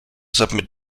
submit